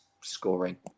scoring